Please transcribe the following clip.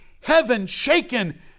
heaven-shaken